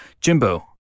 Jimbo